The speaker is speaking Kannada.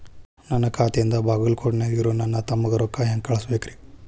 ನನ್ನ ಖಾತೆಯಿಂದ ಬಾಗಲ್ಕೋಟ್ ನ್ಯಾಗ್ ಇರೋ ನನ್ನ ತಮ್ಮಗ ರೊಕ್ಕ ಹೆಂಗ್ ಕಳಸಬೇಕ್ರಿ?